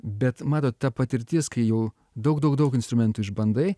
bet matot ta patirtis kai jau daug daug daug instrumentų išbandai